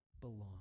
belong